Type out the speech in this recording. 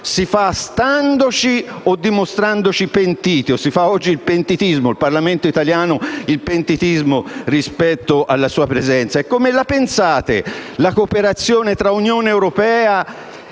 si fa standoci o dimostrandoci pentiti? Si fa oggi pentitismo? Il Parlamento italiano fa pentitismo rispetto alla sua presenza. Come la pensate sulla cooperazione con l'Unione europea